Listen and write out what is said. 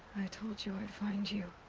i told you i'd find you.